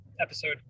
episode